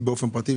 פרטי?